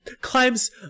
climbs